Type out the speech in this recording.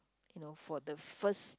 you know for the first